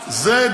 שלו, זה חמור.